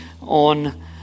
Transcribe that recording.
on